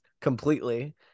completely